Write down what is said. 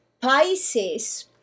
Pisces